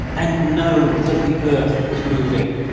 and know that the earth is moving?